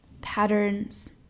patterns